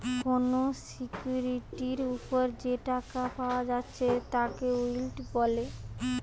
কোনো সিকিউরিটির উপর যে টাকা পায়া যাচ্ছে তাকে ইল্ড বলে